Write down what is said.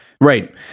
right